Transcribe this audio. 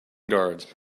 guards